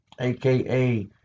aka